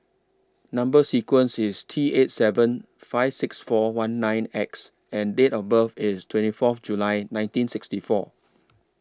Number sequence IS T eight seven five six four one nine X and Date of birth IS twenty Fourth July nineteen sixty four